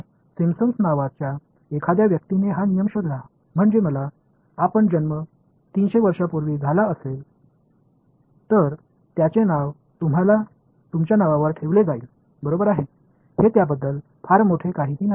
तर सिम्पसन नावाच्या एखाद्या व्यक्तीने हा नियम शोधला म्हणजे आपला जन्म 300 वर्षांपूर्वी झाला असता तर त्याचे नाव तुमच्या नावावर ठेवले जाईल बरोबर आहे हे त्याबद्दल फार मोठे काहीही नाही